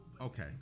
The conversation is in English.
Okay